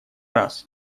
раз